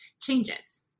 changes